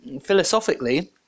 philosophically